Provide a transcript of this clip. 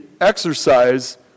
exercise